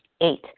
Eight